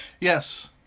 Yes